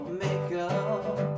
makeup